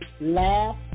Laugh